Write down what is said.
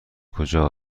کجا